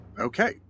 Okay